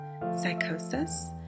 psychosis